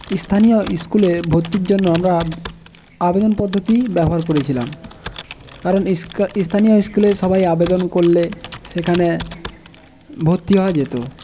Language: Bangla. স্থানীয় স্কুলে ভর্তির জন্য আমরা আবেদন পদ্ধতি ব্যবহার করেছিলাম কারণ স্থানীয় স্কুলে সবাই আবেদন করলে সেখানে ভর্তি হওয়া যেতো